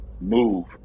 move